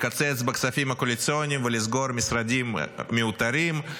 לקצץ בכספים הקואליציוניים ולסגור משרדים מיותרים.